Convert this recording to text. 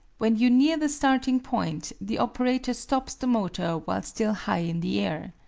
when you near the starting-point the operator stops the motor while still high in the air.